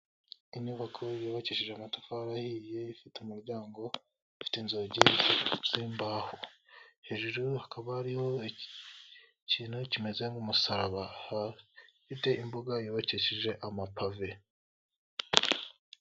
Inyubako yubakishije amatafari ahiye ifite umuryango, ufite inzugi z'imbaho, hejuru hakaba ariyo ikintu kimeze nk'umusaraba, ifite imbuga yubakishije amapave.